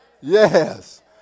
Yes